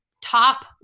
top